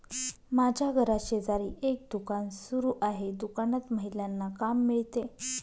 माझ्या घराशेजारी एक दुकान सुरू आहे दुकानात महिलांना काम मिळते